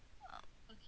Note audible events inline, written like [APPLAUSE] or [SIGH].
[NOISE]